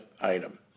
item